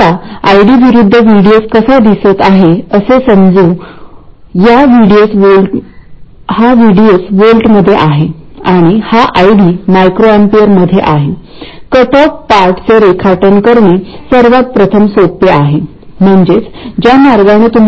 तुम्ही बघू शकता की gm हा करंट फॅक्टर च्या वर्ग